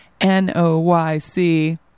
N-O-Y-C